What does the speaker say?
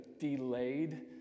delayed